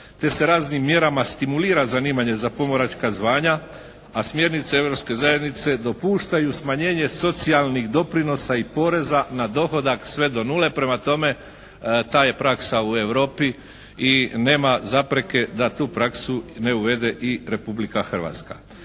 te se raznim mjerama stimulira zanimanje za pomoračka zavanja, a smjernice Europske zajednice dopuštaju smanjenje socijalnih doprinosa i poreza na dohodak sve do nule. Prema tome ta je praksa u Europi i nema zapreke da tu praksu ne uvede i Republika Hrvatska.